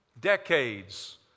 decades